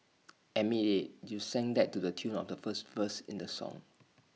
admit IT you sang that to the tune of the first verse in the song